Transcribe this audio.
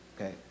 Okay